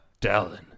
Dallin